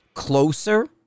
closer